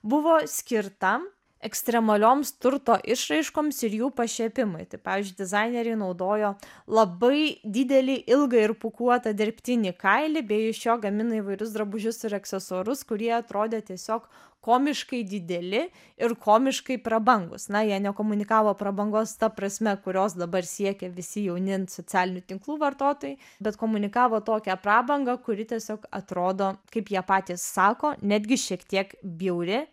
buvo skirta ekstremalioms turto išraiškoms ir jų pašiepimui tai pavyzdžiui dizaineriai naudojo labai didelį ilgą ir pūkuotą dirbtinį kailį bei iš jo gamino įvairius drabužius ir aksesuarus kurie atrodė tiesiog komiškai dideli ir komiškai prabangūs na jie nekomunikavo prabangos ta prasme kurios dabar siekia visi jauni socialinių tinklų vartotojai bet komunikavo tokią prabangą kuri tiesiog atrodo kaip jie patys sako netgi šiek tiek bjauri